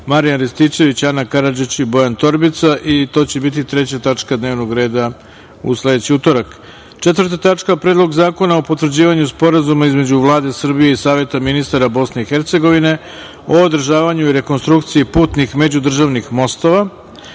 Marijan Rističević, Ana Karadžić i Bojan Torbica i to će biti treća tačka dnevnog reda sledećeg utorka, četvrta tačka – Predlog zakona o potvrđivanju Sporazuma između Vlade Srbije i Saveta ministara BiH o održavanju i rekonstrukciji putnih međudržavnih mostova,